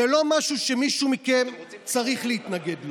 זה לא משהו שמישהו מכם צריך להתנגד לו.